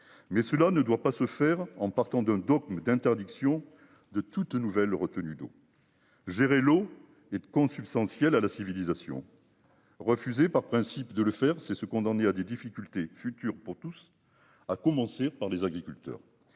Mais cela ne doit pas se faire en partant d'un dogme d'interdiction de toute nouvelle retenues d'eau. Gérer l'eau est consubstantielle à la civilisation. Refuser par principe de le faire c'est se condamner à des difficultés futures pour tous, à commencer par les agriculteurs.